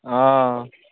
অঁ